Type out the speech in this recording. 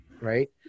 Right